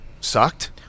sucked